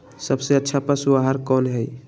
सबसे अच्छा पशु आहार कोन हई?